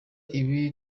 ibi